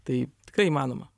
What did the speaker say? tai tikrai įmanoma